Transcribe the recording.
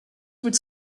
would